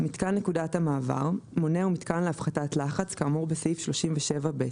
"מיתקן נקודת המעבר" מונה ומיתקן להפחתת לחץ כאמור בסעיף 37(ב);